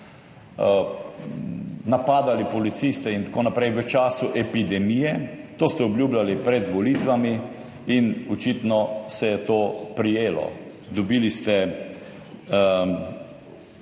napadali policiste in tako naprej v času epidemije. To ste obljubljali pred volitvami in očitno se je to prijelo. Dobili ste